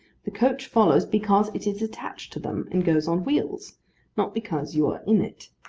the coach follows because it is attached to them and goes on wheels not because you are in it.